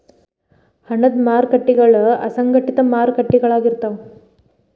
ಹಣದ ಮಾರಕಟ್ಟಿಗಳ ಅಸಂಘಟಿತ ಮಾರಕಟ್ಟಿಗಳಾಗಿರ್ತಾವ